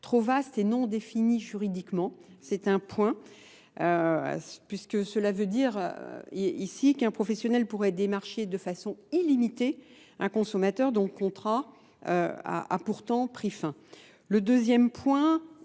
trop vaste et non définie juridiquement. C'est un point. puisque cela veut dire ici qu'un professionnel pourrait démarcher de façon illimitée un consommateur dont le contrat a pourtant pris fin. Le deuxième point,